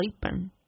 sleeping